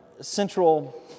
central